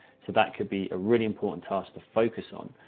so that could be a really important task to focus on.